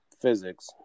physics